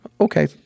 Okay